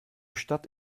stadt